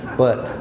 but.